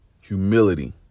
humility